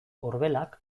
orbelak